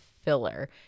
filler